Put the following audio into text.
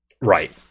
Right